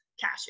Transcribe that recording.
cash